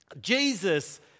Jesus